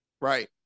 Right